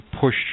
push